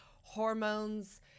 hormones